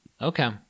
Okay